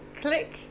click